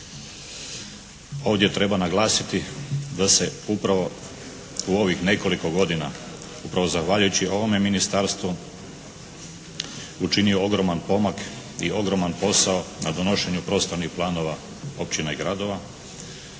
Ovdje treba naglasiti da se upravo u ovih nekoliko godina upravo zahvaljujući ovome Ministarstvu učinio ogroman pomak i ogroman posao na donošenju poslovnih planova općina i gradova